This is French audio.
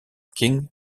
king